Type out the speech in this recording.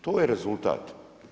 To je rezultat.